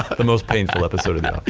the most painful episode of them